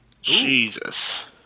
Jesus